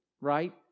right